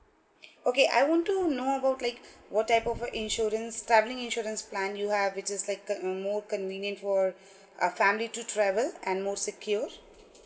okay I want to know about like what type of uh insurance travelling insurance plan you have which is like a uh more convenient for a a family to travel and more secured